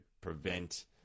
prevent